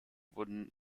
wurden